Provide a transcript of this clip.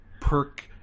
perk